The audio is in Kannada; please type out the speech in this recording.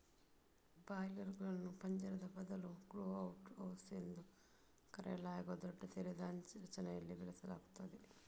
ಬ್ರಾಯ್ಲರುಗಳನ್ನು ಪಂಜರದ ಬದಲು ಗ್ರೋ ಔಟ್ ಹೌಸ್ ಎಂದು ಕರೆಯಲಾಗುವ ದೊಡ್ಡ ತೆರೆದ ರಚನೆಗಳಲ್ಲಿ ಬೆಳೆಸಲಾಗುತ್ತದೆ